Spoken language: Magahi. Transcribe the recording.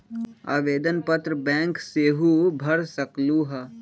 आवेदन पत्र बैंक सेहु भर सकलु ह?